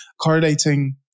correlating